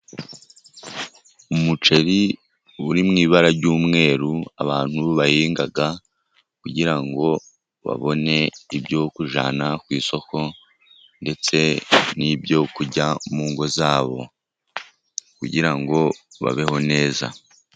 Umuceri uri mu ibara ry'umweru, abantu bahinga kugira ngo babone ibyo kujyana ku isoko, ndetse n'ibyo kurya mu ngo zabo kugira ngo babeho neza.